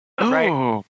Right